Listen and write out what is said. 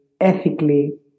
ethically